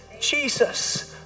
Jesus